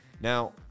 Now